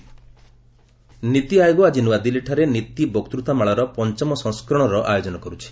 PM NITI NITI Aayog ଆଜି ନୂଆଦିଲ୍ଲୀଠାରେ ନୀତି ବକ୍ତୃତାମାଳାର ପଞ୍ଚମ ସଂସ୍କରଣ ଆୟୋଜନ କରୁଛି